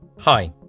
Hi